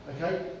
okay